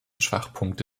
schwachpunkte